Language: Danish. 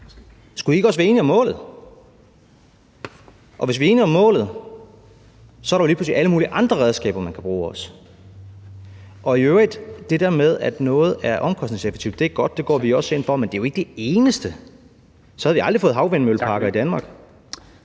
skulle man så ikke også være enig om målet? Og hvis vi er enige om målet, er der jo lige pludselig alle mulige andre redskaber, man også kan bruge. I øvrigt vil jeg sige: Det der med, at noget er omkostningseffektivt, er godt – det går vi også ind for – men det er jo ikke det eneste, det handler om, for så havde vi aldrig fået havvindmølleparker i Danmark.